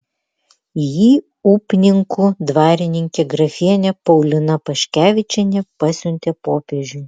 jį upninkų dvarininkė grafienė paulina paškevičienė pasiuntė popiežiui